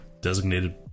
designated